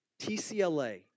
TCLA